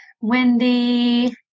Wendy